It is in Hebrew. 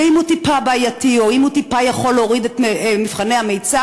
ואם הוא טיפה בעייתי או אם הוא יכול טיפה להוריד את תוצאות מבחני המיצ"ב